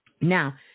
Now